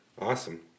Awesome